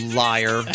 liar